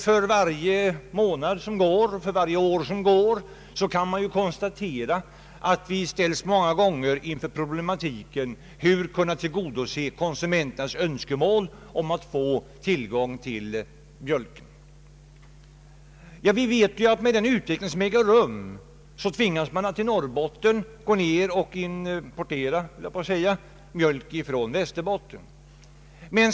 För varje år och månad som går ställs vi allt oftare inför problemet hur vi skall kunna tillgodose konsumenternas önskemål att få tillgång till mjölk. Med den utveckling som har ägt rum tvingas man i Norrbotten att importera mjölk från Västerbotten.